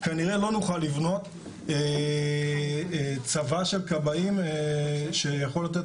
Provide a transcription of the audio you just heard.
כנראה לא נוכל לבנות צבא של כבאים שיכול לתת